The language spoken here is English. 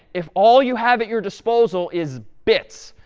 if all you have at your disposal is bits,